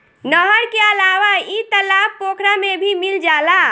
नहर के अलावा इ तालाब पोखरा में भी मिल जाला